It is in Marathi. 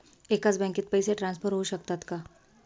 एकाच बँकेत पैसे ट्रान्सफर होऊ शकतात का?